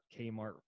kmart